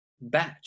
batch